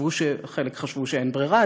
חלק חשבו שאין ברירה,